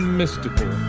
mystical